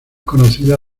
conocida